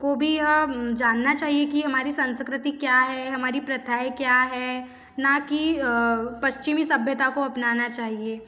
को भी अब जानना चाहिए कि हमारी संस्कृति क्या है हमारी प्रथाएं क्या है ना कि पश्चिमी सभ्यता को अपनाना चाहिए